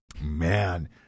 Man